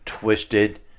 twisted